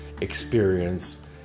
experience